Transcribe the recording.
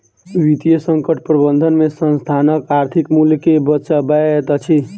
वित्तीय संकट प्रबंधन में संस्थानक आर्थिक मूल्य के बचबैत अछि